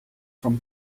from